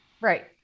Right